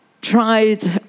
Tried